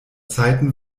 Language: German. zeiten